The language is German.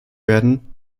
werden